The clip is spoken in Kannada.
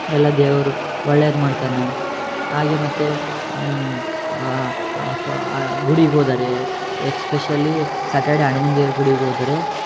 ಎಲ್ಲ ದೇವರು ಒಳ್ಳೇದು ಮಾಡ್ತಾನೆ ಹಾಗೆ ಮತ್ತು ಫ ಆ ಗುಡಿಗೆ ಹೋದರೆ ಎಕ್ಸ್ಪೆಷಲೀ ಸಾಟರ್ಡೆ ಹಣುಮನ ದೇವ್ರ ಗುಡಿಗೋದರೆ